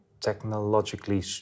technologically